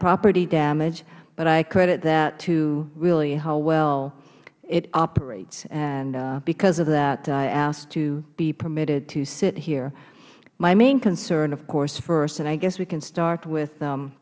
property damage but i credit that to really how well it operates because of that i asked to be permitted to sit here my main concern of course first and i guess we can start with